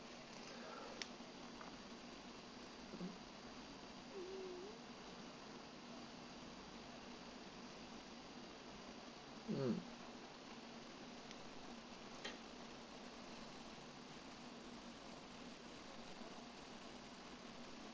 mm